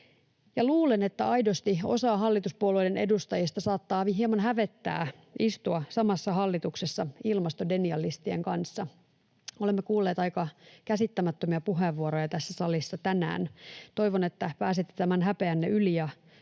Luulen, että osaa hallituspuolueiden edustajista saattaa aidosti hieman hävettää istua samassa hallituksessa ilmastodenialistien kanssa. Olemme kuulleet aika käsittämättömiä puheenvuoroja tässä salissa tänään. Toivon, että pääsette tämän häpeänne yli